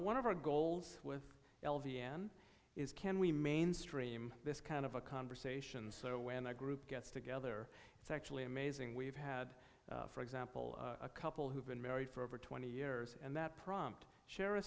one of our goals with l v n is can we mainstream this kind of a conversation so when i group gets together it's actually amazing we've had for example a couple who've been married for over twenty years and that prompt share a